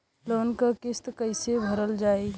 Loan क किस्त कैसे भरल जाए?